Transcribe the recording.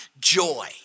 joy